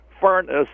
furnace